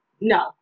no